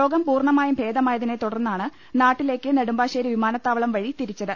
രോഗം പൂർണമായും ഭേദമായതിനെ തുടർന്നാണ് നാട്ടിലേക്ക് നെടുമ്പാശേരി വിമാനത്താവളംവ്ഴി തിരിച്ചത്